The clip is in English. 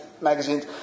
magazines